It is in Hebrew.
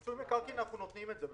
בפיצוי מקרקעין אנחנו נותנים את זה.